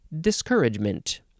discouragement